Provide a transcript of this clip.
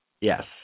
Yes